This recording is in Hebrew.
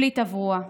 בלי תברואה.